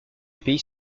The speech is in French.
pays